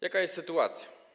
Jaka jest sytuacja?